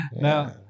now